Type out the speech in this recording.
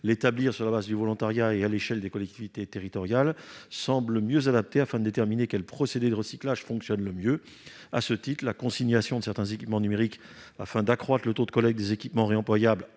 établir sur le fondement du volontariat à l'échelle des collectivités territoriales semble mieux adapté pour déterminer quel procédé de recyclage fonctionne le mieux. À ce titre, la consignation de certains équipements numériques, afin d'accroître le taux de collecte des équipements réemployables